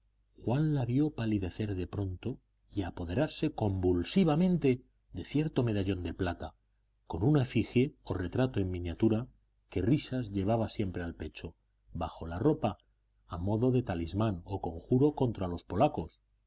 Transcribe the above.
juan la vio palidecer de pronto y apoderarse convulsivamente de cierto medallón de plata con una efigie o retrato en miniatura que risas llevaba siempre al pecho bajo la ropa a modo de talismán o conjuro contra los polacos